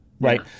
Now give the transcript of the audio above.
right